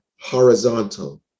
horizontal